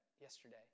yesterday